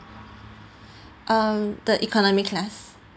um the economy class